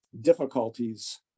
difficulties